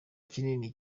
kinini